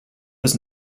was